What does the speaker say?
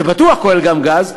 זה בטוח כולל גם גז,